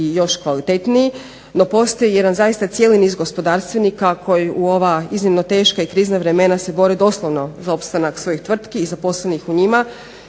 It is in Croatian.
i još kvalitetniji. No, postoji jedan zaista cijeli niz gospodarstvenika koji u ova iznimno teška i krizna vremena se bore doslovno za opstanak svojih tvrtki i zaposlenih u njima.